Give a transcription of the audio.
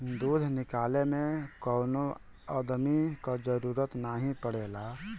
दूध निकाले में कौनो अदमी क जरूरत नाही पड़ेला